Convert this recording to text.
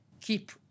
keep